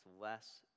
less